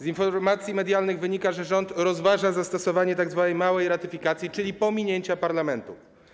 Z informacji medialnych wynika, że rząd rozważa zastosowanie tzw. małej ratyfikacji, czyli pominięcia parlamentu.